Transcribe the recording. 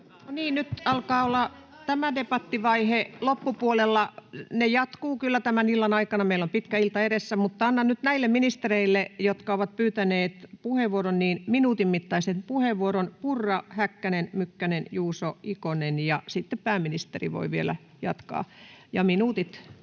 nyt alkaa olla tämä debattivaihe loppupuolella. Ne jatkuvat kyllä tämän illan aikana, meillä on pitkä ilta edessä, mutta annan nyt näille ministereille, jotka ovat pyytäneet puheenvuoroa, minuutin mittaisen puheenvuoron: Purra, Häkkänen, Mykkänen, Juuso, Ikonen, ja sitten pääministeri voi vielä jatkaa. — Ja minuutit,